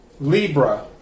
Libra